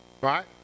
Right